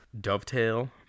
Dovetail